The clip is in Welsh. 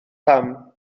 pam